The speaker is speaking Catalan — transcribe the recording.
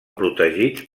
protegits